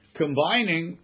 combining